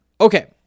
Okay